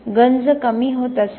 गंज कमी होत असावा